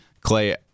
Clay